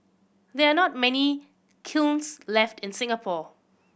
there are not many kilns left in Singapore